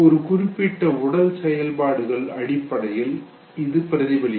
ஒரு குறிப்பிட்ட உடல் செயல்பாடுகள் அடிப்படையில் இது பிரதிபலிக்கும்